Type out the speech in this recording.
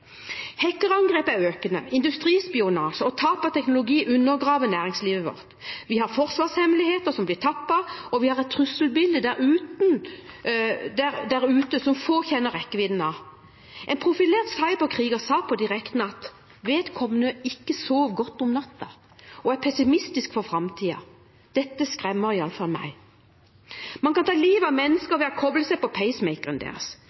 hackerangrep er økende. Industrispionasje og tap av teknologi undergraver næringslivet vårt. Vi har forsvarshemmeligheter som blir tappet, og vi har et trusselbilde der ute som få kjenner rekkevidden av. En profilert cyberkriger sa på direkten at vedkommende ikke sov godt om natten og er pessimistisk med tanke på framtiden. Dette skremmer iallfall meg. Man kan ta livet av mennesker ved å koble seg på pacemakeren deres.